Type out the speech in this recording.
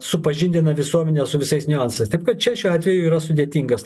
supažindina visuomenę su visais niuansais taip kad čia šiuo atveju yra sudėtingas